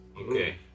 Okay